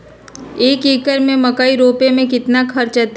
एक एकर में मकई रोपे में कितना खर्च अतै?